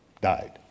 died